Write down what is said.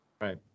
Right